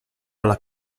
alla